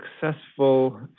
successful